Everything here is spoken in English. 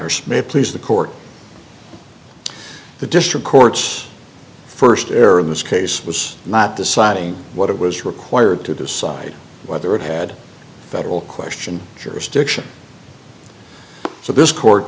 honor smith please the court the district court's st error in this case was not deciding what it was required to decide whether it had a federal question jurisdiction so this court